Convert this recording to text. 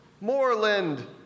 Moreland